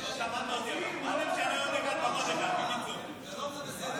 שלום זה בסדר,